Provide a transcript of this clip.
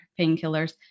painkillers